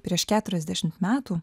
prieš keturiasdešimt metų